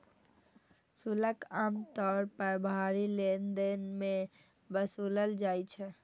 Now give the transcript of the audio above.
शुल्क आम तौर पर भारी लेनदेन मे वसूलल जाइ छै